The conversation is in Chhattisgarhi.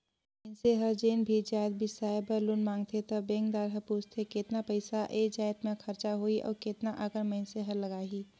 मइनसे हर जेन भी जाएत बिसाए बर लोन मांगथे त बेंकदार हर पूछथे केतना पइसा ए जाएत में खरचा होही अउ केतना अकन मइनसे हर लगाही